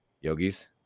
yogis